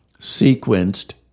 sequenced